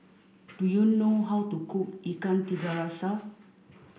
do you know how to cook Ikan Tiga Rasa